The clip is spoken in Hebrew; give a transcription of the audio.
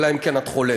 אלא אם כן את חולקת.